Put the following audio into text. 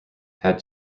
had